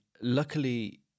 luckily